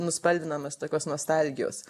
nuspalvinamas tokios nostalgijos